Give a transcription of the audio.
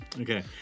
Okay